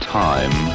time